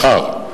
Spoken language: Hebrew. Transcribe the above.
מחר,